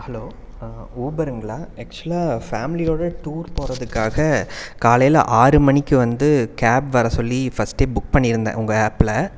hello ஊபருங்களா ஆக்சுவலாக ஃபேமிலியோட டூர் போகறதுக்காக காலையில் ஆறு மணிக்கு வந்து கேப் வர சொல்லி ஃபர்ஸ்டே புக் பண்ணிஇருந்தேன் உங்க ஆப்பில்